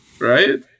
Right